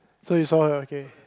so you saw it okay